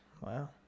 Wow